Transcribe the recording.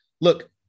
Look